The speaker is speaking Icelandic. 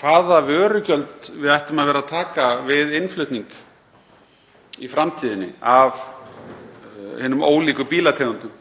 hvaða vörugjöld við ættum að vera að taka við innflutning í framtíðinni af hinum ólíku bílategundum